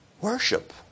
Worship